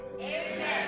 Amen